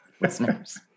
listeners